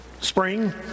spring